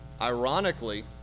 Ironically